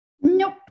Nope